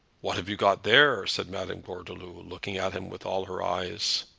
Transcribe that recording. what have you got there? said madame gordeloup, looking at him with all her eyes.